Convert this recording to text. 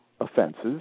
offenses